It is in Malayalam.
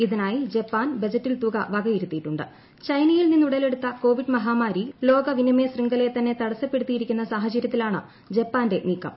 ഇതിനായി ജപ്പാൻ ബജറ്റിൽ ചൈനയിൽ നിന്നുടലെടുത്ത കോപ്പിഡ് മഹാമാരി ലോക വിനിമയ ശൃംഗലയെത്തന്നെ തടസപ്പെടുത്തിയിരിക്കുന്ന സാഹചര്യത്തിലാണ് ജപ്പാന്റെ നീക്കം